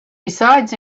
besides